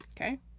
okay